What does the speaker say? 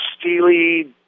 Steely